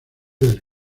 del